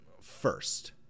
first